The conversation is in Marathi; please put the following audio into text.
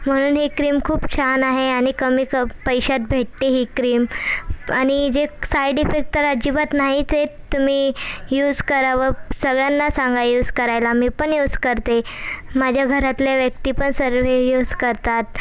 म्हणून ही क्रीम खूप छान आहे आणि कमी कप पैश्यात भेटते ही क्रीम आणि जे साईड इफेक्ट तर अजिबात नाहीच आहेत तुम्ही यूस करा व सगळ्यांना सांगा यूस करायला मी पण यूस करते माझ्या घरातले व्यक्ती पण सर्व यूस करतात